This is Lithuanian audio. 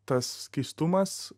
tas keistumas